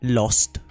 lost